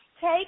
Take